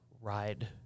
ride